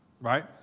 right